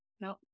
No